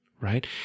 right